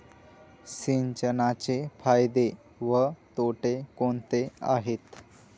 सिंचनाचे फायदे व तोटे कोणते आहेत?